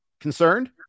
concerned